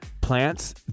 plants